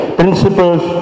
principles